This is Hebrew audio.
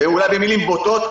ואולי במילים בוטות.